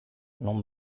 non